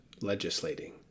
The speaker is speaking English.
legislating